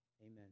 Amen